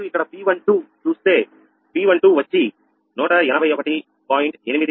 మీరు ఇక్కడ P12 చూస్తే P12 వచ్చి181